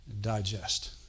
digest